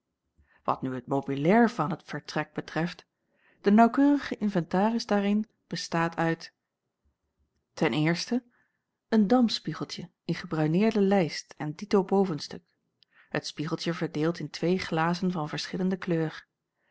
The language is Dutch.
wat nu het mobilair van het vertrek betreft de naauwkeurige inventaris daarin bestaat uit en damspiegeltje in gebruineerde lijst en dito bovenstuk het spiegeltje o verdeeld in twee glazen van verschillende kleur